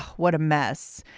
what a mess.